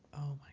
oh, my